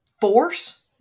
force